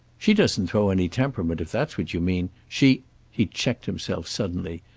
she doesn't throw any temperament, if that's what you mean. she he checked himself suddenly,